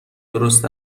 درست